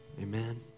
Amen